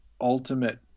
ultimate